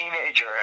teenager